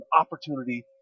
opportunity